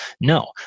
No